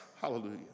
Hallelujah